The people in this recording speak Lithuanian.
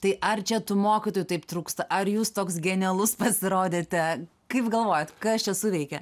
tai ar čia tų mokytojų taip trūksta ar jūs toks genialus pasirodėte kaip galvojat kas čia suveikė